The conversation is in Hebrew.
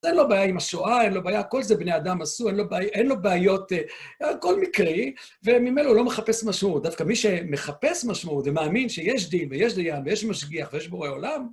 אין לו בעיה עם השואה, אין לו בעיה, כל זה בני אדם עשו, אין לו בעיות, כל מקרי, וממילא הוא לא מחפש משמעות. דווקא מי שמחפש משמעות ומאמין שיש דין ויש דיין ויש משגיח ויש בורא עולם,